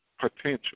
potential